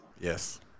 Yes